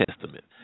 Testament